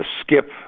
skip